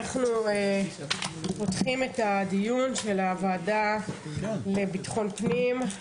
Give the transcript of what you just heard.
אני פותחת את הדיון של הוועדה לביטחון פנים.